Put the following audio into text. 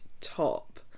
top